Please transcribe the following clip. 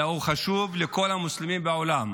אלא הוא חשוב לכל המוסלמים בעולם.